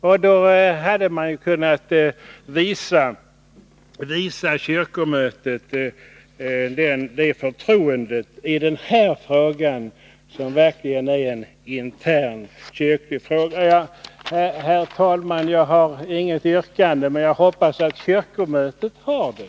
Nu hade man kunnat visa kyrkomötet förtroende i den här frågan, som verkligen är en intern kyrklig fråga. Herr talman! Jag har inget yrkande, men jag hoppas att kyrkomötet har det.